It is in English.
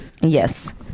Yes